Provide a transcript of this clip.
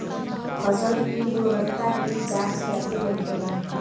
फसल की गुणवत्ता की जांच कैसे होखेला?